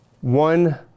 one